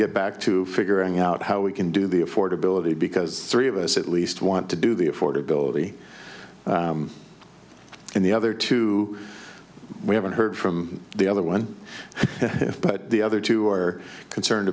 get back to figuring out how we can do the affordability because three of us at least want to do the affordability and the other two we haven't heard from the other one but the other two are concerned